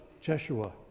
Jeshua